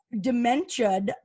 dementia